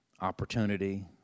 opportunity